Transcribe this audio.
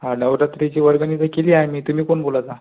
हा नवरात्रीची वर्गणी तर केली आहे मी तुम्ही कोण बोलत आहात